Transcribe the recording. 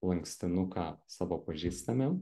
lankstinuką savo pažįstamiem